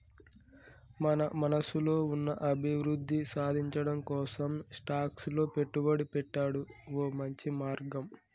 మన మనసులో ఉన్న అభివృద్ధి సాధించటం కోసం స్టాక్స్ లో పెట్టుబడి పెట్టాడు ఓ మంచి మార్గం